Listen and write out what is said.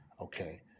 Okay